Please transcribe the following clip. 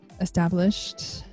established